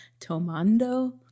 tomando